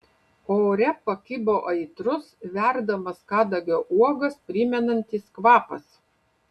ore pakibo aitrus verdamas kadagio uogas primenantis kvapas